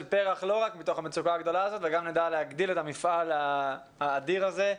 פר"ח לא רק מתוך המצוקה הגדולה הזאת וגם נדע להגדיל את המפעל האדיר הזה.